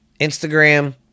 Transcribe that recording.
Instagram